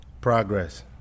progress